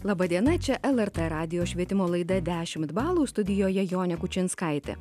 laba diena čia lrt radijo švietimo laida dešimt balų studijoje jonė kučinskaitė